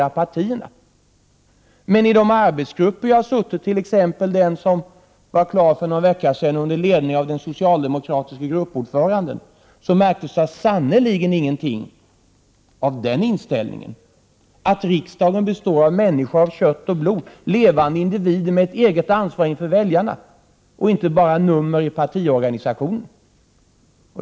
Men i t.ex. den arbetsgrupp som jag har ingått i och som var klar med sitt arbete för någon vecka sedan under ledning av den socialdemokratiske gruppordföranden, märktes sannerligen inte någonting av den inställningen, att riksdagen består av människor av kött och blod, levande individer med eget ansvar inför väljarna och inte bara av nummer i partiorganisationen.